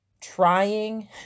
Trying